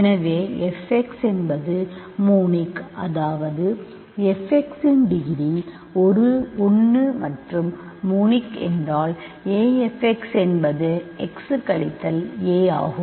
எனவே fx என்பது monic அதாவது fx இன் டிகிரி 1 மற்றும் மோனிக் என்றால் afx என்பது x கழித்தல் a ஆகும்